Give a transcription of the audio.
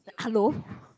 like hello